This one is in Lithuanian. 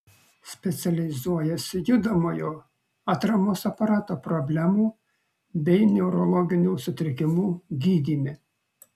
specializuojasi judamojo atramos aparato problemų bei neurologinių sutrikimų gydyme